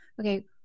okay